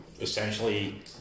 essentially